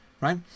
right